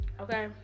Okay